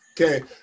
Okay